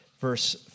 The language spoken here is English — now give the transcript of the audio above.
verse